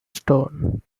stone